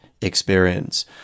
experience